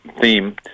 theme